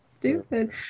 Stupid